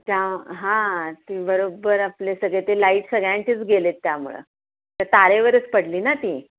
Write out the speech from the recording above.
त्या हां ती बरोबर आपले सगळे ते लाईट सगळ्यांचेच गेले आहेत त्यामुळं त्या तारेवरच पडली ना ती